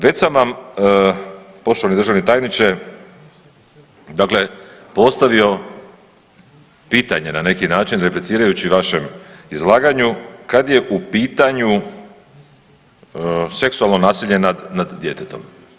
Već sam vam poštovani državni tajniče, dakle postavio pitanje na neki način replicirajući vašem izlaganju kad je u pitanju seksualno nasilje nad djetetom.